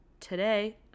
Today